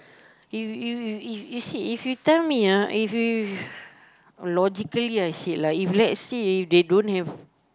you you you if you see if you tell me ah if you~ logically ah see if let's say don't have